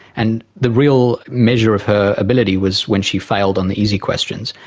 and the real measure of her ability was when she failed on the easy questions.